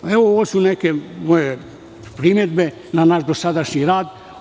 Ovo su neke moje primedbe na naš dosadašnji rad.